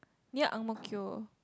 ya Ang Mo Kio